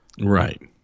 Right